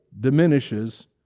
diminishes